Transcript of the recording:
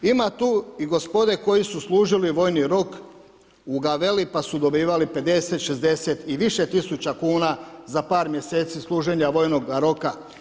Ima tu i gospode koji su služili vojni rok u Gavelli pa su dobivali 50, 60 i više tisuća kuna za par mjeseci služenja vojnoga roka.